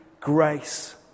grace